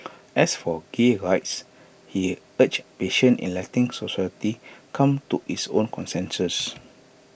as for gay rights he urged patient in letting society come to its own consensus